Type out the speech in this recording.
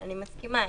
אני מסכימה.